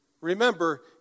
Remember